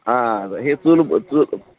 हां हे चूल चू